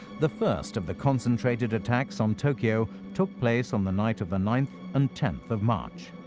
the first of the concentrated attacks on tokyo took place on the night of the ninth and tenth of march.